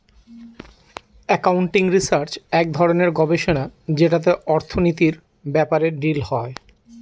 accounting research এক ধরনের গবেষণা যেটাতে অর্থনীতির ব্যাপারে ডিল হয়